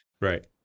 right